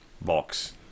Box